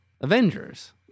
Avengers